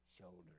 shoulders